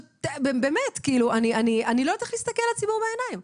באמת כאילו, אני לא יודעת להסתכל לציבור בעיניים.